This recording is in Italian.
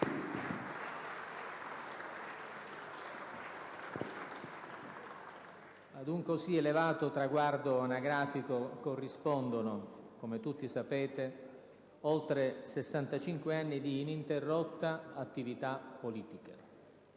Ad un così elevato traguardo anagrafico corrispondono, come tutti sapete, oltre sessantacinque anni di ininterrotta attività politica.